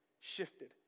shifted